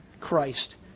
Christ